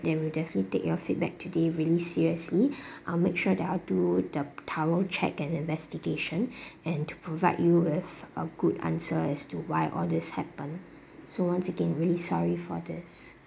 that we will give you take your feedback today really seriously I'll make sure that I'll do the tower check and investigation and to provide you with a good answer as to why all these happened so once again really sorry for these